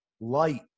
light